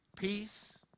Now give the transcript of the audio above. Peace